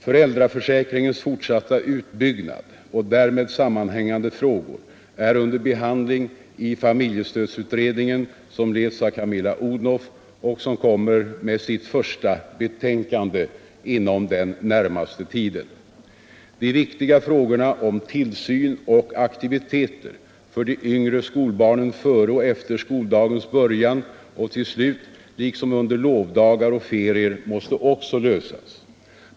Föräldraförsäkringens fortsatta utbyggnad och därmed sammanhängande frågor är under behandling i familjestödsutredningen, som leds av Camilla Odhnoff och som kommer " Ekonomiskt stöd åt med sitt första betänkande inom den närmaste tiden. De viktiga frågorna om tillsyn och aktiviteter för de yngre skolbarnen före och efter skoldagens början och slut liksom under lovdagar och ferier måste också lösas.